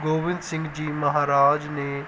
ਗੋਬਿੰਦ ਸਿੰਘ ਜੀ ਮਹਾਰਾਜ ਨੇ